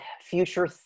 future